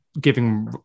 giving